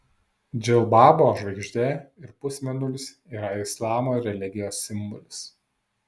džilbabo žvaigždė ir pusmėnulis yra islamo religijos simbolis